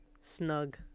Snug